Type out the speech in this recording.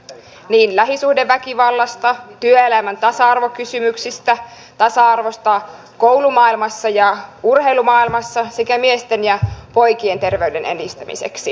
lähisuhdeväkivallasta työelämän tasa arvokysymyksistä tasa arvosta koulumaailmassa ja urheilumaailmassa sekä miesten ja poikien terveyden edistämiseksi